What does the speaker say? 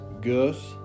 Gus